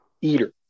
eater